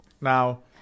Now